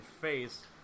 face